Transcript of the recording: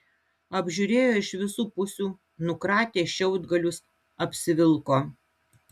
apžiūrėjo iš visų pusių nukratė šiaudgalius apsivilko